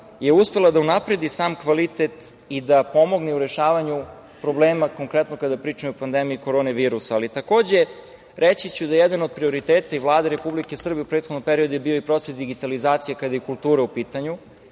uspela da unapredi sam kvalitet i da pomogne u rešavanju problema, konkretno kada pričamo i o pandemiji korona virusa. Takođe, reći ću da je jedan od prioriteta Vlade Republike Srbije u prethodnom periodu bio i proces digitalizacije kada je kultura u pitanju,